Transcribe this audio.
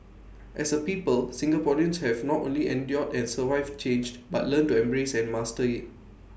as A people Singaporeans have not only endured and survived change but learned to embrace and master IT